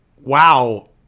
Wow